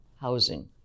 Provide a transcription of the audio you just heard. housing